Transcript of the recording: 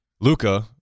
luca